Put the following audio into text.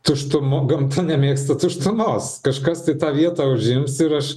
tuštumo gamta nemėgsta tuštumos kažkas tai tą vietą užims ir aš